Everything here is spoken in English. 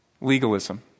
legalism